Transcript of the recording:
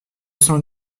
cent